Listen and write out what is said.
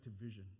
vision